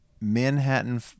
Manhattan